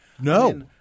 No